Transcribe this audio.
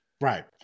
Right